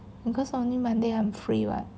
because only monday I'm free [what]